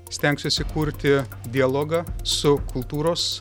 stengsiuosi kurti dialogą su kultūros